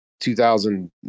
2000